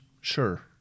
Sure